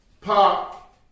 Pop